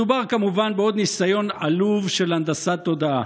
מדובר כמובן בעוד ניסיון עלוב של הנדסת תודעה.